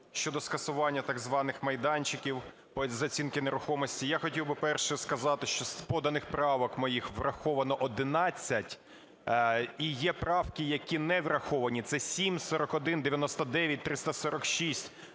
щодо скасування так званих "майданчиків" з оцінки нерухомості. Я хотів би, по-перше, сказати, що з поданих правок моїх враховано 11. І є правки, які не враховані: це 7, 41, 99, 346,